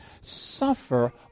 suffer